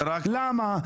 למה?